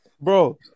Bro